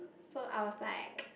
so I was like